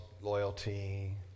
loyalty